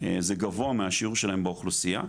זה גבוה מהשיעור שלהם באוכלוסיה,